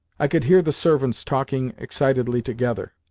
i could hear the servants talking excitedly together,